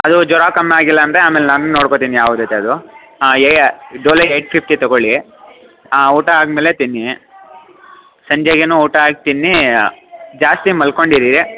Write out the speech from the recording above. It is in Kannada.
ಅದು ಜ್ವರ ಕಮ್ಮಿ ಆಗಿಲ್ಲ ಅಂದರೆ ಆಮೇಲೆ ನನ್ನ ನೋಡ್ಕೋತೀನಿ ಯಾವ್ದುಕ್ಕಾದ್ರು ಹಾಂ ಎ ಐ ಡೊಲೋ ಏಯ್ಟ್ ಫಿಫ್ಟಿ ತಗೊಳ್ಳಿ ಹಾಂ ಊಟ ಆದ್ಮೇಲೆ ತಿನ್ನಿ ಸಂಜೆಗೆ ಊಟ ಆಗಿ ತಿನ್ನೀ ಜಾಸ್ತಿ ಮಲ್ಕೊಂಡಿರೀ